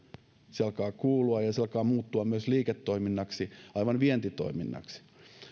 se alkaa kuulua ja se alkaa muuttua myös liiketoiminnaksi aivan vientitoiminnaksi